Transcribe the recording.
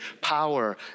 power